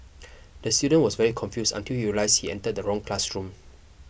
the student was very confused until realised he entered the wrong classroom